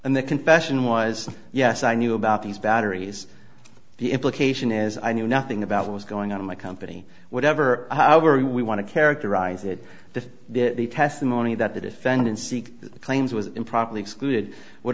and the confession was yes i knew about these batteries the implication is i knew nothing about what was going on in my company whatever how we want to characterize it if the testimony that the defendant seek claims was improperly excluded would